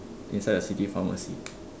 inside the city pharmacy